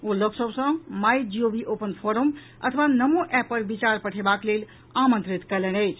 ओ लोक सभ सॅ माई जीओवी ओपन फोरम अथवा नमोऐप पर विचार पठेबाक लेल आमंत्रित कयलनि अछि